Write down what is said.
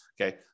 okay